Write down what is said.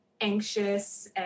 anxious